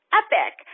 epic